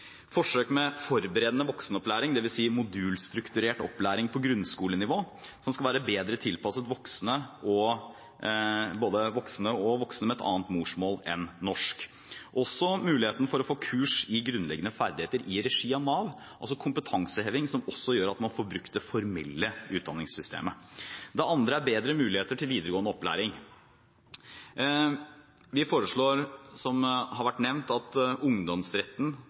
forsøk med forberedende voksenopplæring, dvs. modulstrukturert opplæring på grunnskolenivå, som skal være bedre tilpasset voksne og voksne med et annet morsmål enn norsk, og også muligheten til å få kurs i grunnleggende ferdigheter i regi av Nav, altså kompetanseheving som også gjør at man får brukt det formelle utdanningssystemet. Det andre er bedre muligheter til videregående opplæring. Vi foreslår, som det har vært nevnt, at ungdomsretten